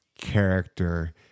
character